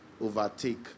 overtake